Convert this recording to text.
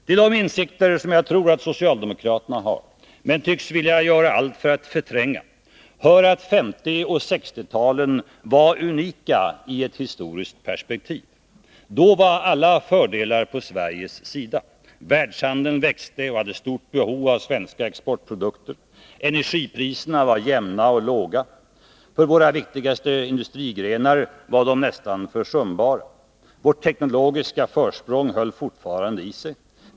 Till de insikter jag tror att socialdemokraterna har men som de tycks vilja göra allt för att förtränga hör att 1950 och 1960-talen var unika i ett historiskt perspektiv. Då var alla fördelar på Sveriges sida. Världshandeln växte och hade stort behov av svenska exportprodukter. Energipriserna var jämna och låga. För våra viktigaste industrigrenar var de nästan försumbara. Vårt teknologiska försprång höll fortfarande i sig.